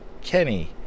Kenny